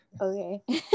okay